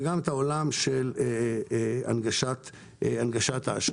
וגם העולם של הנגשת האשראי.